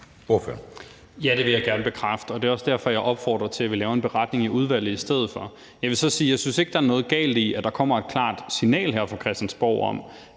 Ja, det vil jeg gerne bekræfte. Det er også derfor, jeg opfordrer til, at vi laver en beretning i udvalget i stedet for. Jeg vil så sige, at jeg ikke synes, der er noget galt i, at der kommer et klart signal her fra Christiansborg om,